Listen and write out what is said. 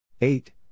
Eight